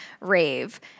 rave